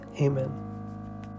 Amen